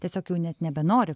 tiesiog jau net nebenori